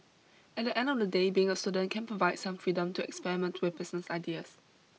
at the end of the day being a student can provide some freedom to experiment with business ideas